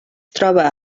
troba